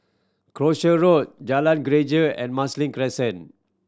Croucher Road Jalan Greja and Marsiling Crescent